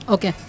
Okay